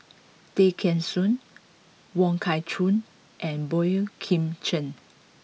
Tay Kheng Soon Wong Kah Chun and Boey Kim Cheng